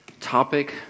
topic